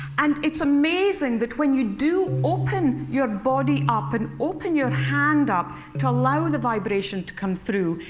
and it's amazing that when you do open your body up, and open your hand up to allow the vibration to come through,